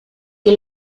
que